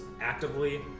actively